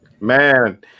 man